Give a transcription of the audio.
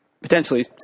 potentially